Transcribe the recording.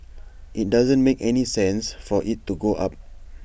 IT doesn't make any sense for IT to go up